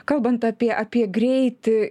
kalbant apie apie greitį